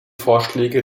vorschläge